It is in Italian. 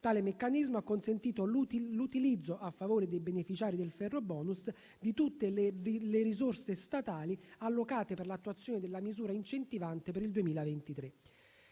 Tale meccanismo ha consentito l'utilizzo a favore dei beneficiari del ferrobonus di tutte le risorse statali allocate per l'attuazione della misura incentivante per il 2023.